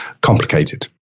complicated